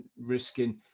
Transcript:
risking